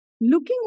looking